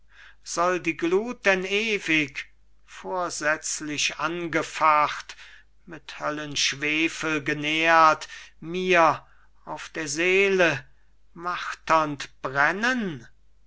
soll die gluth denn ewig vorsätzlich angefacht mit höllenschwefel genährt mir auf der seele marternd brennen